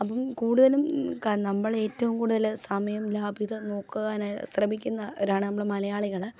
അപ്പം കൂടുതലും നമ്മൾ ഏറ്റവും കൂടുതൽ സമയം ലാഭം നോക്കുവാനാണ് ശ്രമിക്കുന്നവരാണ് നമ്മൾ മലയാളികൾ